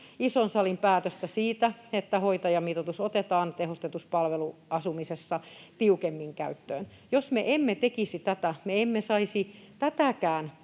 ison salin päätöstä siitä, että hoitajamitoitus otetaan tehostetussa palveluasumisessa tiukemmin käyttöön. Jos me emme tekisi tätä, me emme saisi tätäkään